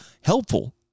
helpful